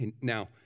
now